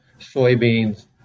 soybeans